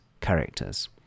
characters